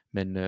Men